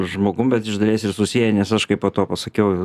žmogum bet iš dalies ir susiję nes aš kaip po to pasakiau